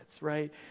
right